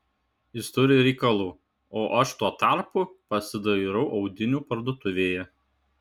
jis turi reikalų o aš tuo tarpu pasidairau audinių parduotuvėje